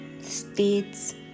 states